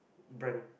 brand